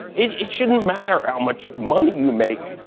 it it shouldn't matter how much money you make.